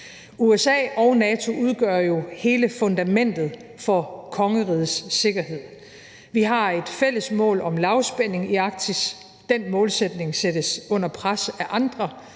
USA og NATO udgør jo hele fundamentet for kongerigets sikkerhed. Vi har et fælles mål om lavspænding i Arktis. Den målsætning sættes under pres af andre,